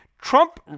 Trump